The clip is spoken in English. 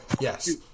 yes